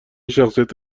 شخصیت